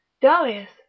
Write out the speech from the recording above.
Darius